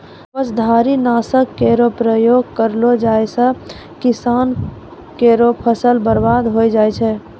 कवचधारी? नासक केरो प्रयोग करलो जाय सँ किसान केरो फसल बर्बाद होय जाय छै